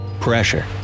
Pressure